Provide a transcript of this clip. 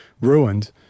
ruined